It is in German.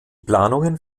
planungen